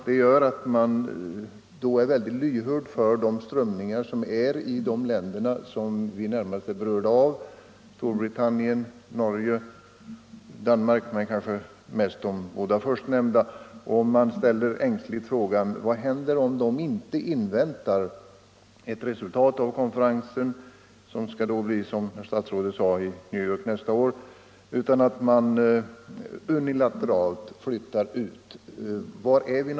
Detta gör att man är mycket lyhörd för strömningarna i de länder som vi närmast är berörda av, nämligen Storbritannien, Norge och Danmark, främst kanske de båda förstnämnda länderna, och man frågar ängsligt vad som händer om man där inte inväntar ett resultat av den kommande konferensen, som enligt vad statsrådet sade skall hållas i New York nästa år, utan unilateralt flyttar ut gränserna.